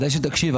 כדאי שתקשיב,